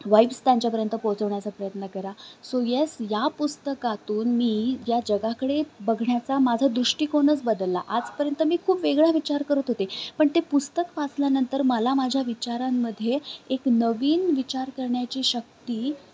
wipes त्यांच्यापर्यंत पोहोचवण्याचा प्रयत्न करा सो यस या पुस्तकातून मी या जगाकडे बघण्याचा माझा दृष्टिकोनच बदलला आजपर्यंत मी खूप वेगळा विचार करत होते पण ते पुस्तक वाचल्यानंतर मला माझ्या विचारांमध्ये एक नवीन विचार करण्याची शक्ती